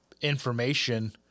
information